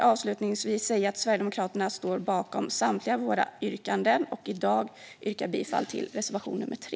Avslutningsvis vill jag säga att Sverigedemokraterna står bakom samtliga sina yrkanden, men jag yrkar bifall endast till reservation 3.